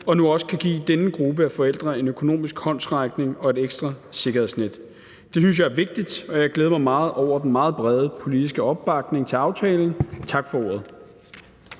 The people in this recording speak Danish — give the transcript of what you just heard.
vi nu også kan give denne gruppe af forældre en økonomisk håndsrækning og et ekstra sikkerhedsnet. Det synes jeg er vigtigt, og jeg glæder mig meget over den meget brede politiske opbakning til aftalen. Tak for ordet.